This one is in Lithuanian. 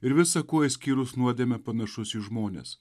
ir visa kuo išskyrus nuodėmę panašus į žmones